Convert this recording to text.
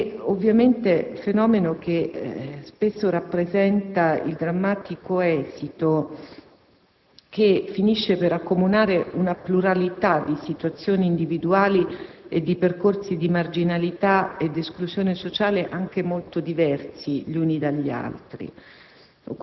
mendicità; fenomeno che spesso rappresenta il drammatico esito che finisce per accomunare una pluralità di situazioni individuali e di percorsi di marginalità e di esclusione sociale anche molto diversi gli uni dagli altri.